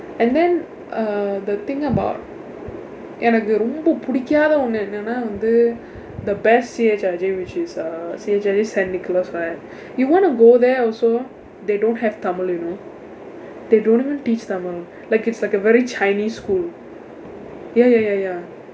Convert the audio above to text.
and then uh the thing about எனக்கு ரொம்ப பிடிக்காத ஒன்னு என்னன்னா வந்து:enakku rompa pidikaatha onnu enanna vandthu the best C_H_I_J which is err C_H_I_J saint nicholas [what] you want to go there also they don't have tamil you know they don't even teach tamil like it's like a very chinese school ya ya ya ya